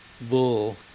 bull